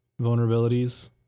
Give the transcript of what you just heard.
vulnerabilities